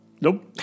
Nope